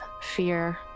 fear